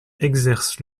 exerce